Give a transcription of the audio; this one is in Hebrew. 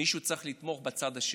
מישהו צריך לתמוך בצד השני.